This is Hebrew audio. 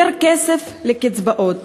יותר כסף לקצבאות.